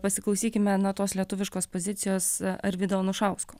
pasiklausykime nuo tos lietuviškos pozicijos arvydo anušausko